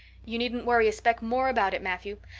you needn't worry a speck more about it, matthew.